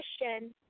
question